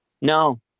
No